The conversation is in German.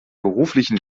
beruflichen